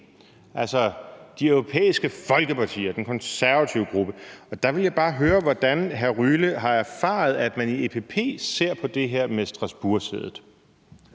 altså Det Europæiske Folkeparti, den konservative gruppe, og der vil jeg bare høre, hvordan hr. Alexander Ryle har erfaret at man i EPP ser på det her med Strasbourgsædet.